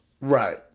Right